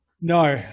No